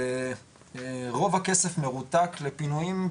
ורוב הכסף מרותק לפינויים,